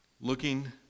looking